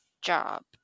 job